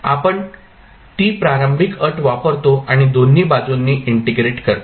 आपण ती प्रारंभिक अट वापरतो आणि दोन्ही बाजूंनी इंटिग्रेट करतो